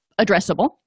addressable